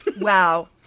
wow